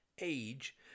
age